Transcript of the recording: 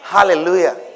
Hallelujah